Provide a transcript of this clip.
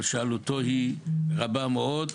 אבל שעלותן היא רבה מאוד,